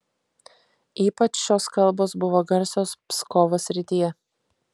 ypač šios kalbos buvo garsios pskovo srityje